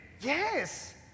Yes